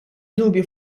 dubju